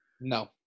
No